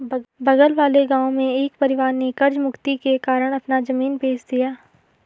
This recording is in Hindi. बगल वाले गांव में एक परिवार ने कर्ज मुक्ति के कारण अपना जमीन बेंच दिया